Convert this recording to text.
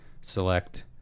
select